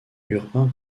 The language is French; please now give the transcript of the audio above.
urbain